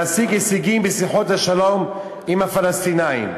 להשיג הישגים בשיחות השלום עם הפלסטינים.